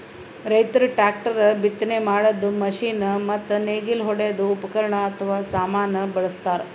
ರೈತರ್ ಟ್ರ್ಯಾಕ್ಟರ್, ಬಿತ್ತನೆ ಮಾಡದ್ದ್ ಮಷಿನ್ ಮತ್ತ್ ನೇಗಿಲ್ ಹೊಡ್ಯದ್ ಉಪಕರಣ್ ಅಥವಾ ಸಾಮಾನ್ ಬಳಸ್ತಾರ್